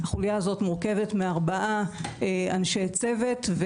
החולייה הזאת מורכבת מארבעה אנשי צוות,